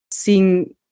Seeing